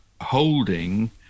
holding